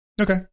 Okay